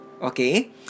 Okay